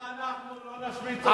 אם אנחנו לא נשמיץ אותך שעתיים,